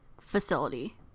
facility